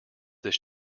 this